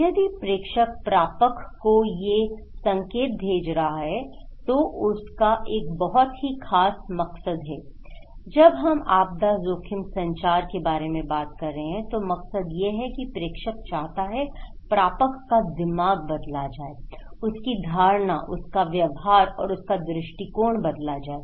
यदि प्रेषक प्रापक को ये संकेत भेज रहा है तो उसका एक बहुत ही खास मकसद है जब हम आपदा जोखिम संचार के बारे में बात कर रहे हैं तो मकसद यह है कि प्रेषक चाहता है प्रापक का दिमाग बदला जाए उसकी धारणा उसका व्यवहार और उसका दृष्टिकोण बदला जाए